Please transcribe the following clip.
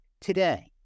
Today